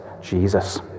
Jesus